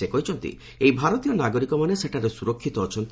ସେ କହିଛନ୍ତି ଏହି ଭାରତୀୟ ନାଗରିକମାନେ ସେଠାରେ ସୁରକ୍ଷିତ ଅଛନ୍ତି